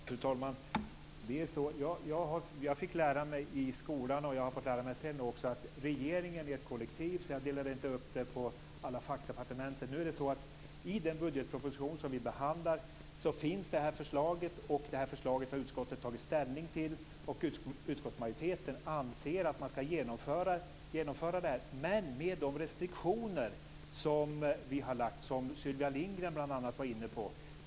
Fru talman! Jag fick lära mig i skolan, och jag har fått lära mig även senare, att regeringen är ett kollektiv. Jag delar inte upp den på alla fackdepartement. I den budgetproposition som vi behandlar finns det här förslaget. Det förslaget har utskottet tagit ställning till. Utskottsmajoriteten anser att man skall genomföra detta, dock med de restriktioner som vi har givit. Det var bl.a. Sylvia Lindgren inne på.